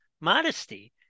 modesty